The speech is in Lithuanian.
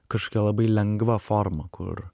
kažkokia labai lengva forma kur